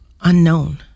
unknown